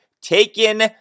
taken